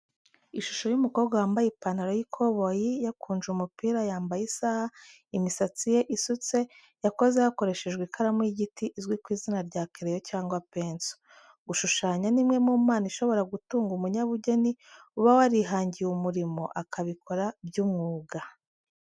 Ishusho y'umukobwa wambaye ipantaro y'ikoboyi, yakunje umupira, yambaye isaha, imisatsi ye isutse yakozwe hakoreshejwe ikaramu y’igiti izwi ku izina rya kereyo cyangwa penso. Gushushanya ni imwe mu mpano ishobora gutunga umunyabugeni uba warihangiye umurimo, akabikora by'umwuga.